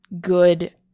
good